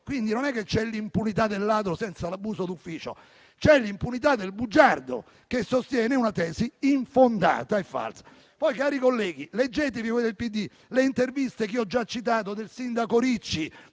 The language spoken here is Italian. Quindi, non è che vi sia l'impunità del ladro senza l'abuso d'ufficio, ma c'è l'impunità del bugiardo che sostiene una tesi infondata e falsa. Cari colleghi del PD, leggete le interviste, che ho già citato, del sindaco Ricci